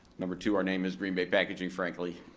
number two, our name is green bay packaging, frankly,